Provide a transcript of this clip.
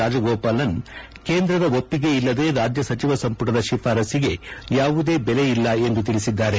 ರಾಜಗೋಪಾಲನ್ ಕೇಂದ್ರದ ಒಪ್ಪಿಗೆ ಇಲ್ಲದೆ ರಾಜ್ಯ ಸಚಿವ ಸಂಪುಟದ ಶಿಫಾರಸ್ಸಿಗೆ ಯಾವುದೇ ಬೆಲೆಯಿಲ್ಲ ಎಂದು ತಿಳಿಸಿದ್ದಾರೆ